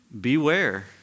Beware